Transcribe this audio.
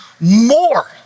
more